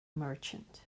merchant